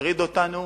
מטריד אותנו,